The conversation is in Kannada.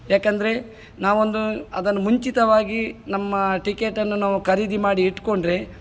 ಏಕಂದ್ರೆ ನಾವೊಂದು ಅದನ್ನು ಮುಂಚಿತವಾಗಿ ನಮ್ಮ ಟಿಕೆಟನ್ನು ನಾವು ಖರೀದಿ ಮಾಡಿ ಇಟ್ಟುಕೊಂಡ್ರೆ